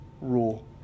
rule